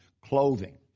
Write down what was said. clothing